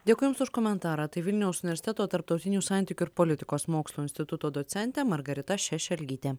dėkui jums už komentarą tai vilniaus universiteto tarptautinių santykių ir politikos mokslų instituto docentė margarita šešelgytė